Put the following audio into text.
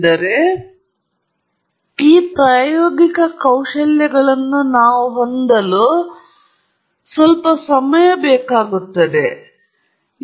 ಆದ್ದರಿಂದ ಇಂದು ನಾವು ಈ ಪ್ರಾಯೋಗಿಕ ಕೌಶಲ್ಯಗಳ ಈ ಪರಿಕಲ್ಪನೆಯ ಬಗ್ಗೆ ಸ್ವಲ್ಪ ಸಮಯ ಕಳೆಯಲು ಕಾರಣವಾಗಿದೆ